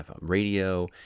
radio